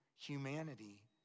humanity